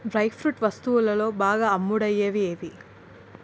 dry fruit వస్తువులలో బాగా అమ్ముడయ్యేవి ఏవి